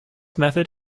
method